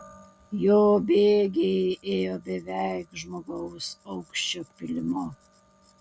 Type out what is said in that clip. jo bėgiai ėjo beveik žmogaus aukščio pylimu